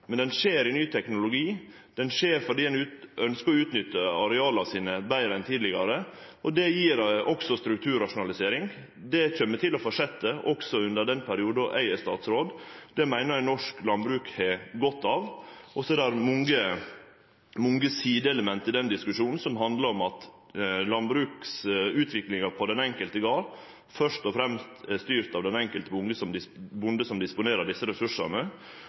Men den skjer i ny teknologi, den skjer fordi ein ønskjer å utnytte areala sine betre enn tidlegare, og det gjev også strukturrasjonalisering. Det kjem til å fortsetje også under den perioden eg er statsråd. Det meiner eg norsk landbruk har godt av. Så er det mange sideelement i den diskusjonen, som handlar om at landbruksutviklinga på den enkelte gard først og fremst er styrt av den enkelte bonde som disponerer desse ressursane. Vi ser eit mangfald når det gjeld korleis ein vel å utnytte dei ressursane,